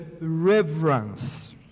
reverence